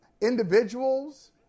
individuals